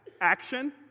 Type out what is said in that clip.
action